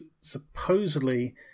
supposedly